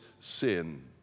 sin